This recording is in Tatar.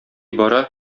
бара